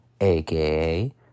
aka